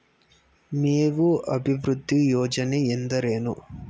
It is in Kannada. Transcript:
ಮೇವು ಅಭಿವೃದ್ಧಿ ಯೋಜನೆ ಎಂದರೇನು?